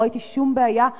לא ראיתי שום בעיה,